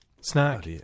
Snack